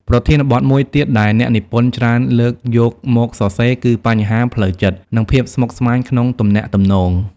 ប្រធានបទមួយទៀតដែលអ្នកនិពន្ធច្រើនលើកយកមកសរសេរ គឺបញ្ហាផ្លូវចិត្ត និងភាពស្មុគស្មាញក្នុងទំនាក់ទំនង។